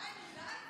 די, נו.